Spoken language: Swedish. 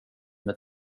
med